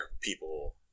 people